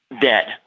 dead